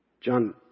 John